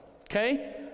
okay